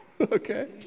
okay